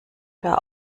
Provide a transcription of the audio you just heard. per